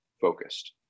focused